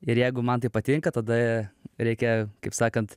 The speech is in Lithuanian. ir jeigu man tai patinka tada reikia kaip sakant